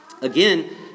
Again